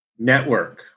Network